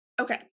okay